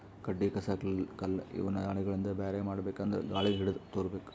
ಕಡ್ಡಿ ಕಸ ಕಲ್ಲ್ ಇವನ್ನ ದಾಣಿಗಳಿಂದ ಬ್ಯಾರೆ ಮಾಡ್ಬೇಕ್ ಅಂದ್ರ ಗಾಳಿಗ್ ಹಿಡದು ತೂರಬೇಕು